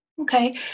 Okay